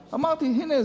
אמרתי: הנה,